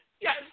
yes